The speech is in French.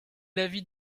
l’avis